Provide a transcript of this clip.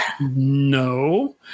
no